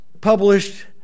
published